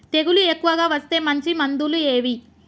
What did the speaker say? తెగులు ఎక్కువగా వస్తే మంచి మందులు ఏవి?